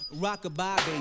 rock-a-bye